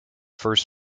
first